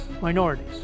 minorities